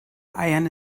eiern